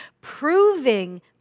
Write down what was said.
proving